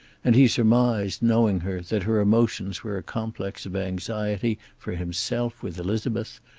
and he surmised, knowing her, that her emotions were a complex of anxiety for himself with elizabeth,